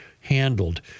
handled